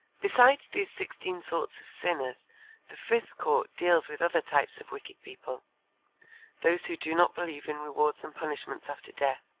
besides these sixteen sorts of sinners the fifth court deals with other types of wicked people those who do not believe in rewards and punishments after death,